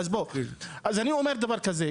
אני אומר דבר כזה,